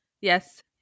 yes